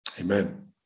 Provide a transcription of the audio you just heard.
Amen